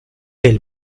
elle